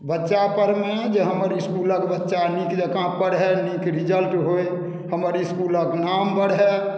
बच्चा परमे जे हमर इसकुलके बच्चा नीक जकाँ पढ़ैत नीक रिजल्ट हुए हमर इसकुलक नाम बढ़ै